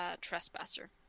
Trespasser